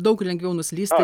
daug lengviau nuslysti